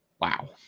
Wow